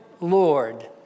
Lord